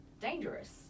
dangerous